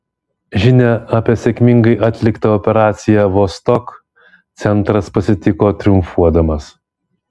žinią apie sėkmingai atliktą operaciją vostok centras pasitiko triumfuodamas